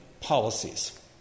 policies